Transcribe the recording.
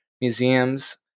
museums